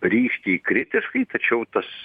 ryškiai kritiškai tačiau tas